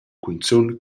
cunzun